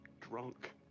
drunk